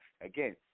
Again